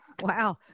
Wow